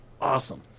awesome